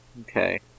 Okay